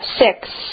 Six